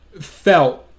Felt